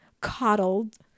coddled